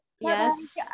Yes